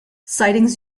sightings